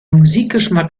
musikgeschmack